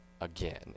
again